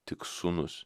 tik sūnus